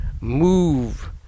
move